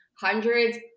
hundreds